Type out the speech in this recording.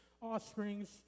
offsprings